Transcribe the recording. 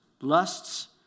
lusts